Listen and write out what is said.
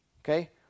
okay